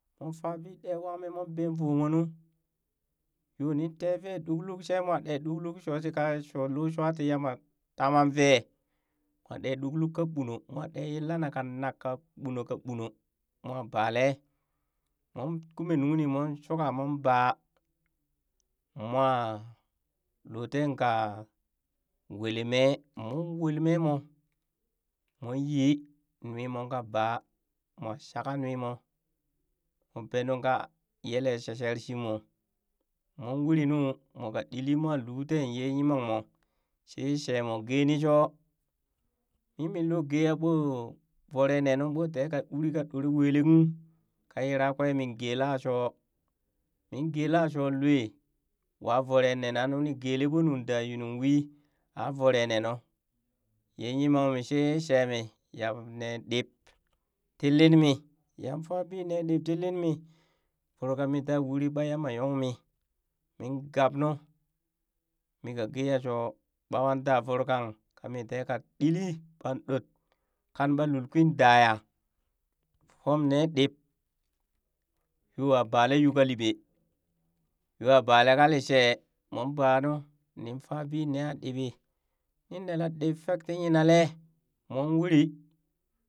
Mon faabii ɗee wanmii mon bet voo moo nu. yoo nin tee vee ɗukluk she mooh ɗee ɗukluk shotika sho lwa shuwa tii yama tama vee mwa ɗee ɗukluk ka ɓuno mwa ɗee yee lana ka kanak ka ɓuno ka ɓuno, mwa bale moon kumee nungni moon shuka moon baa moo loo tee ka wele mee moon wel mee moo moon yi nue moo ka baa, mwa shaka nue moo bee nungka yele shesher shimo moon wuri nuu moo ka ɗilli moo luu tee yimangmo shee sheemoo gee ni shoo mii min loo gee ɓoo voro nee nuu mii ɓoo tee kaa uri kaa doree welee kung kaa yira min geela shuu min gela shoo lwe wa voroe nena nuu ni gele ɓo nu da yunung wii aa voroe nenu yaa yimanmi sheye shee mii yaa nee ɗib tii linmii yan faa bi nee ɗib tii linmii voro ka mii tee ha uri ɓaa yamba yongmi min gabnuu mika gee ya shoo ɓaa wa daa voro kan kami tee kaa ɗilli ɓang ɗot kan ɓaa lul kwin ɗaa yaa fum nee ɗib yooa bala yuu ka liɓe yoo aa balee ka liishee mon baa nu nin faa bi neea ɗib nin nela ɗib fek tii nyina lee mon uri.